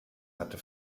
hatte